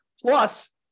Plus